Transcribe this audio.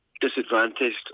disadvantaged